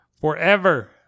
forever